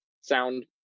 sound